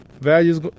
values